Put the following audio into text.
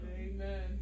Amen